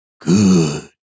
Good